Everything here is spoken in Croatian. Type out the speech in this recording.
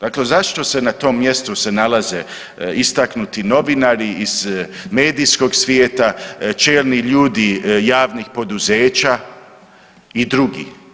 Dakle zašto se, na tom mjestu se nalaze, istaknuti novinari iz medijskog svijeta, čelni ljudi javnih poduzeća, i drugi.